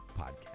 podcast